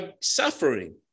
suffering